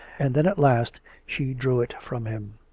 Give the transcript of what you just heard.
and then at last she drew it from him.